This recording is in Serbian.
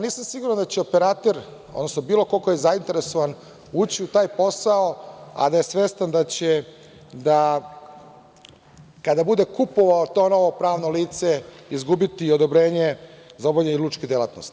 Nisam siguran da će operater, odnosno bilo ko ko je zainteresovan ući u taj posao, a da je svestan da će da, kada bude kupovao to novo pravno lice, izgubiti odobrenje za obavljanje lučke delatnosti.